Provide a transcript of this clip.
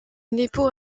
nippo